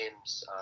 games